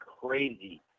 crazy